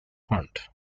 fund